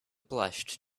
blushed